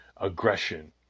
aggression